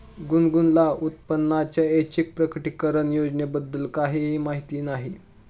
गुनगुनला उत्पन्नाच्या ऐच्छिक प्रकटीकरण योजनेबद्दल काहीही माहिती नाही